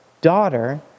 Daughter